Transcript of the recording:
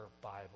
Bible